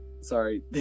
Sorry